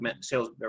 sales